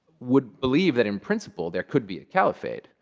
would believe that in principle there could be a caliphate,